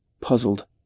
puzzled